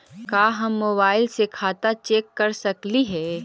का हम मोबाईल से खाता चेक कर सकली हे?